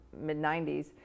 mid-90s